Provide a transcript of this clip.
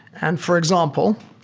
and for example,